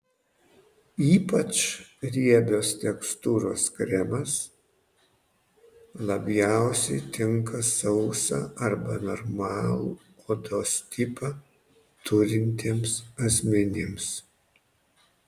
ypač riebios tekstūros kremas labiausiai tinka sausą arba normalų odos tipą turintiems asmenims